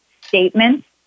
statements